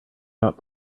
top